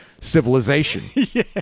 civilization